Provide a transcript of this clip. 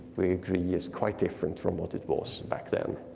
we agree, is quite different from what it was back then.